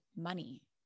money